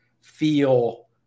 feel